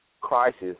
crisis